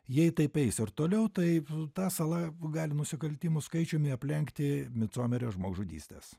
jei taip eis ir toliau tai ta sala gali nusikaltimų skaičiumi aplenkti micomerio žmogžudystes